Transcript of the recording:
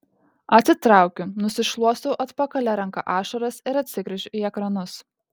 atsitraukiu nusišluostau atpakalia ranka ašaras ir atsigręžiu į ekranus